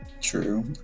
true